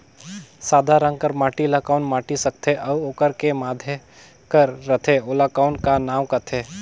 सादा रंग कर माटी ला कौन माटी सकथे अउ ओकर के माधे कर रथे ओला कौन का नाव काथे?